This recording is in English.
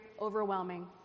overwhelming